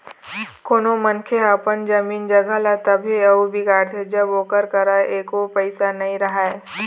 कोनो मनखे ह अपन जमीन जघा ल तभे अउ बिगाड़थे जब ओकर करा एको पइसा नइ रहय